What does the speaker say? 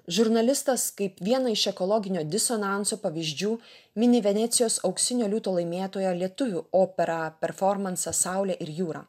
žurnalistas kaip vieną iš ekologinio disonanso pavyzdžių mini venecijos auksinio liūto laimėtoją lietuvių operą performansą saulė ir jūra